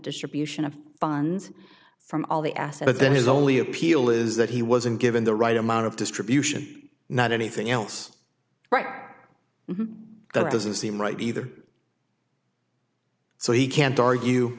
distribution of funds from all the assets then his only appeal is that he wasn't given the right amount of distribution not anything else right that doesn't seem right either so he can't argue